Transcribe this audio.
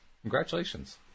Congratulations